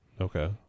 Okay